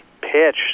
pitch